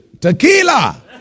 tequila